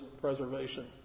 preservation